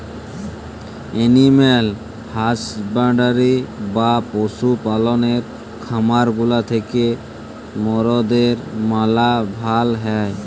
animal husbandry বা পশু পাললের খামার গুলা থ্যাকে মরদের ম্যালা ভাল হ্যয়